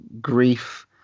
grief